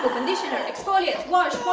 conditioner, exfoliate, wash,